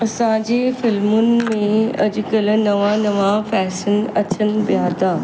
असांजे फिल्मुनि में अॼुकल्ह नवां नवां फैशन अचनि पिया था